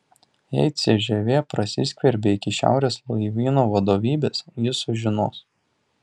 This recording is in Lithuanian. jei cžv prasiskverbė iki šiaurės laivyno vadovybės jis sužinos